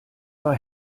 war